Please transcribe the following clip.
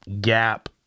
gap